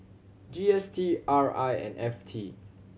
G S T R I and F T